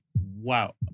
Wow